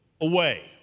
away